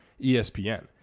ESPN